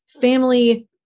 family